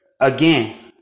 again